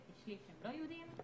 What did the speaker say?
וכשליש הם לא יהודים.